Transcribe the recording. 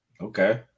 okay